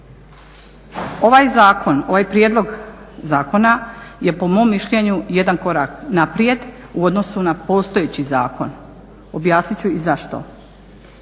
Ovaj zakon, ovaj prijedlog zakona je po mom mišljenju jedan korak naprijed u odnosu na postojeći zakon. Objasnit ću i zašto,